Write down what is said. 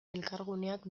elkarguneak